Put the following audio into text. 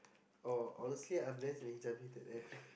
oh honestly I'm less intervene today